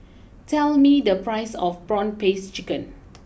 tell me the price of Prawn Paste Chicken